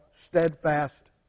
steadfast